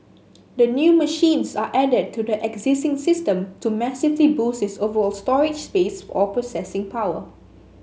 the new machines are added to the existing system to massively boost its overall storage space or processing power